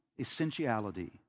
essentiality